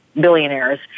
billionaires